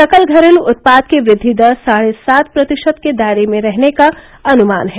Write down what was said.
सकल घरेलू उत्पाद की वृद्दि दर साढ़े सात प्रतिशत के दायरे में रहने का अनुमान है